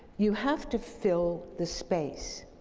you have to fill the space.